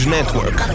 Network